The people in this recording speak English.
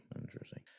Interesting